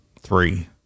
Three